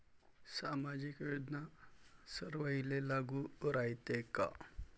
सामाजिक योजना सर्वाईले लागू रायते काय?